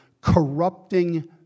corrupting